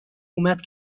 اومد